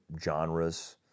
genres